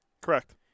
Correct